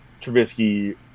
Trubisky